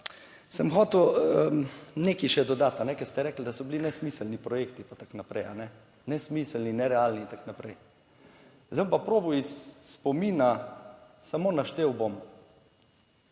sem hotel nekaj še dodati, ker ste rekli, da so bili nesmiselni projekti, pa tako naprej, nesmiselni, nerealni in tako naprej. Zdaj bom pa probal iz spomina. Samo naštel bom: